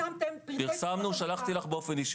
לא פרסמתם פרטי תאונות עבודה.